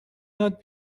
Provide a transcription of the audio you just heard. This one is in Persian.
یاد